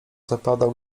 zapadał